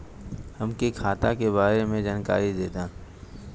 हमके खाता के बारे में जानकारी देदा?